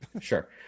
Sure